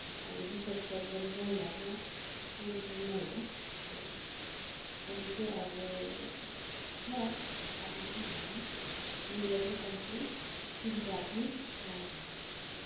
अब दिसापिसाब गर्नु गाउँ घरमा टोइलेटहरू नहुँदा अब अहिले चाहिँ अब छ आफ्नो आफ्नो घरमा त्यसले गर्दा अहिले चाहिँ सुविधाहरू नै प्रायः भइसकेको छ